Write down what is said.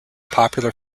popular